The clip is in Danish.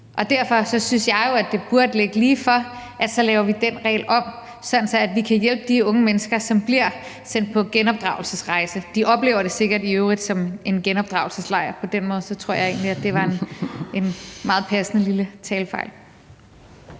Derfor synes jeg jo, at det burde ligge lige for at lave den regel om, sådan at vi kan hjælpe de unge mennesker, som bliver sendt på genopdragelsesrejse. De oplever det sikkert i øvrigt som en genopdragelseslejr – så på den måde var det en meget passende lille fortalelse.